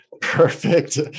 perfect